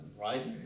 right